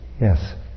Yes